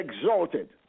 exalted